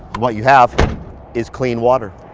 what you have is clean water.